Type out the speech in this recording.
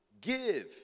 give